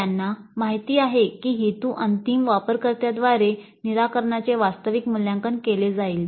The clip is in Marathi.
त्यांना माहित आहे की हेतू अंतिम वापरकर्त्यांद्वारे निराकरणाचे वास्तविक मूल्यांकन केले जाईल